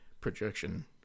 projection